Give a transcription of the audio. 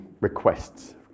requests